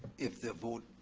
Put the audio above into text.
if the vote